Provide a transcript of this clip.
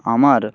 আমার